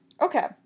Okay